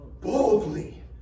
Boldly